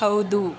ಹೌದು